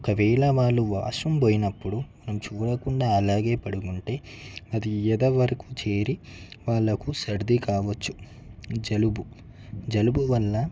ఒకవేళ వాళ్ళు వాష్రూమ్ పోయినప్పుడు చూడకుండా అలాగే పడుకుంటే అది యద వరకు చేరి వాళ్ళకు సర్ది కావచ్చు జలుబు జలుబు వల్ల